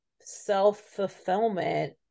self-fulfillment